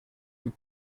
who